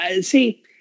See